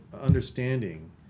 understanding